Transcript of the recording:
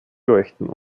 leuchten